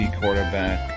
quarterback